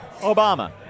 Obama